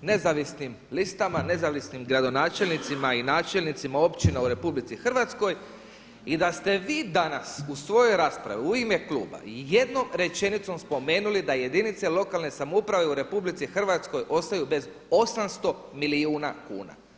nezavisnim listama, nezavisnim gradonačelnicima i načelnicima općina u RH i da ste vi danas u svojoj raspravi u ime kluba jednom rečenicom spomenuli da jedinice lokalne samouprave u RH ostaju bez 800 milijuna kuna.